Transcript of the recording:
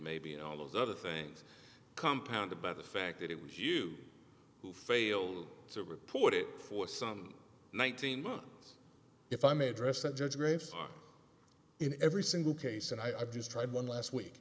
maybe and all those other things compounded by the fact that it was you who failed to report it for some nineteen months if i may address that judge graves in every single case and i've just tried one last week